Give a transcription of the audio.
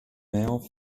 mär